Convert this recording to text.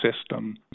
System